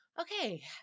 Okay